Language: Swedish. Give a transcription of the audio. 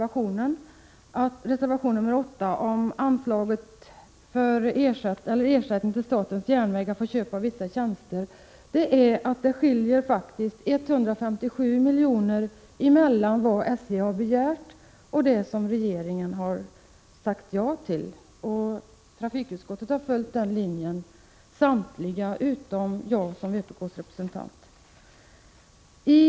Vitsen med reservation 8 om anslaget Ersättning till statens järnvägar för köp av vissa tjänster gäller att det faktiskt skiljer 157 milj.kr. mellan vad SJ har begärt och vad regeringen har sagt ja till. I trafikutskottet har också samtliga utom jag som vpk:s representant följt den linjen.